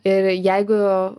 ir jeigu